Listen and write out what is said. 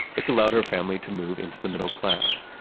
it's allowed her family to move into the middle class.